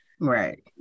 Right